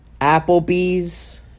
Applebee's